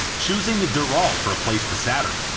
choosing the dural to replace the saturn,